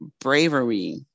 bravery